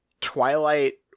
Twilight